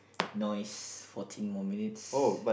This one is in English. nice forty more minutes